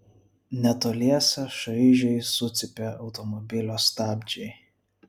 netoliese šaižiai sucypė automobilio stabdžiai